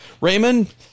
Raymond